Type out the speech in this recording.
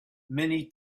many